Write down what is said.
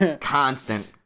constant